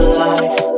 life